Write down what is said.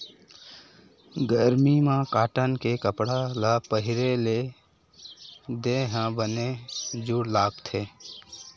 गरमी म कॉटन के कपड़ा ल पहिरे ले देहे ह बने जूड़ लागथे